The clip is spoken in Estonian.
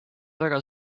väga